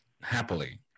happily